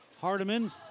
Hardiman